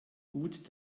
gut